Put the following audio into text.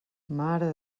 mare